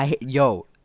Yo